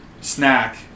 Snack